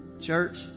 Church